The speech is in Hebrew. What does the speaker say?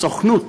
הסוכנות